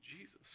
Jesus